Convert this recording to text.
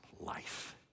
life